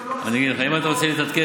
היה תחליף